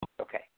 Okay